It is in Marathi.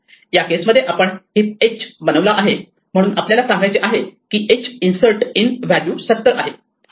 या केस मध्ये आपण हीप h बनवला आहे म्हणून आपल्याला सांगायचे आहे की h इन्सर्ट इन व्हॅल्यू 70 आहे